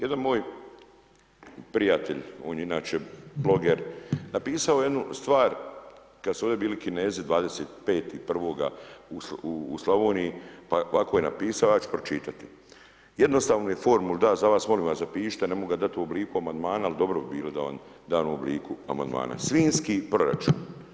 Jedan moj prijatelj, on je inače bloger, napisao je jednu stvar kada su ovdje bili Kinezi 25.1. u Slavoniji pa ovako je napisao ja ću pročitati, jednostavnu je formulu dao, molim vas zapišite ne mogu ga dati u obliku amandmana, ali dobro bi bilo da vam dam u obliku amandmana „Svinjski proračun.